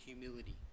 humility